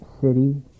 city